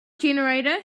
generator